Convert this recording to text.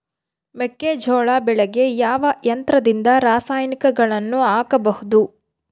ಮೆಕ್ಕೆಜೋಳ ಬೆಳೆಗೆ ಯಾವ ಯಂತ್ರದಿಂದ ರಾಸಾಯನಿಕಗಳನ್ನು ಹಾಕಬಹುದು?